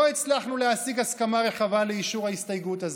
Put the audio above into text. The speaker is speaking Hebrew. הצלחנו להשיג הסכמה רחבה לאישור ההסתייגות הזאת,